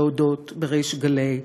להודות בריש גלי,